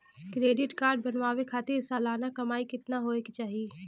Credit card बनवावे खातिर सालाना कमाई कितना होए के चाही?